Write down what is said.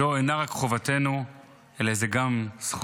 זו אינה רק חובתנו אלא גם זכותנו.